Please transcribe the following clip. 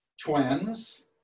twins